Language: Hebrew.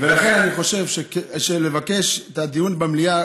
ולכן אני חושב לבקש את הדיון במליאה,